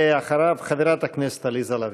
ואחריו, חברת הכנסת עליזה לביא.